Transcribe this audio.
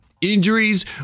injuries